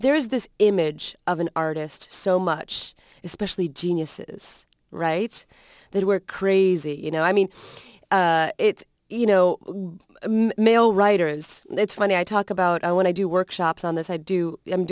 there is this image of an artist so much especially geniuses right there were crazy you know i mean it's you know male writers it's funny i talk about i when i do workshops on this i do i'm